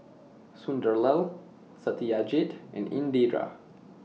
Sunderlal Satyajit and Indira